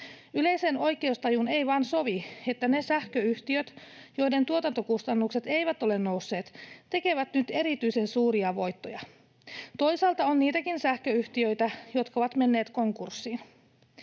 Yleiseen oikeustajuun ei vain sovi, että ne sähköyhtiöt, joiden tuotantokustannukset eivät ole nousseet, tekevät nyt erityisen suuria voittoja. Toisaalta on niitäkin sähköyhtiöitä, jotka ovat menneet konkurssiin.